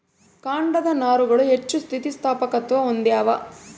ಕಾಂಡದ ನಾರುಗಳು ಹೆಚ್ಚು ಸ್ಥಿತಿಸ್ಥಾಪಕತ್ವ ಹೊಂದ್ಯಾವ